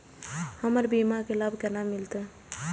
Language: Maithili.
हमर बीमा के लाभ केना मिलते?